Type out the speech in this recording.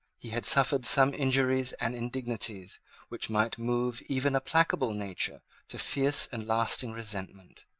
he had suffered some injuries and indignities which might move even a placable nature to fierce and lasting resentment.